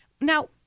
Now